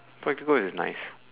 practical is nice